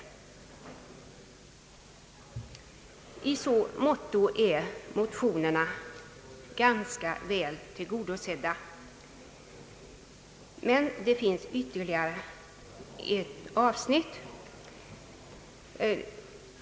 I så måtto är motionerna ganska väl tillgodosedda. Det finns emellertid ytterligare ett avsnitt.